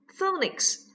Phonics